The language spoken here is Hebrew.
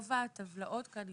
ברוב הטבלאות כאן,